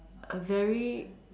A very